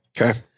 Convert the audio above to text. Okay